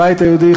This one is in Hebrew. הבית היהודי,